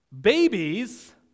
Babies